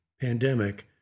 pandemic